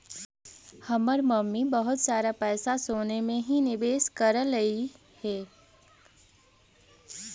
हमर मम्मी बहुत सारा पैसा सोने में ही निवेश करलई हे